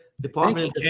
Department